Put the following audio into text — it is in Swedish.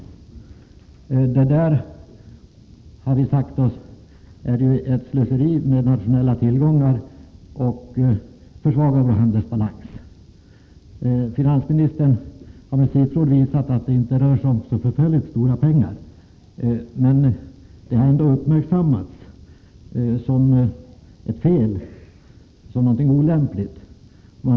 Vi har sagt oss att detta är slöseri med nationella tillgångar och att det försvagar vår handelsbalans. Finansministern har med siffror visat att det inte rör sig om så förfärligt stora summor, men det har ändå uppmärksammats som någonting olämpligt.